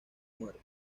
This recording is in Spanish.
muerte